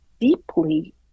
deeply